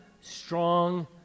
strong